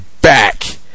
Back